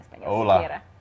Hola